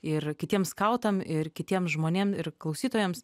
ir kitiem skautam ir kitiem žmonėm ir klausytojams